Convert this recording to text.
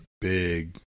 big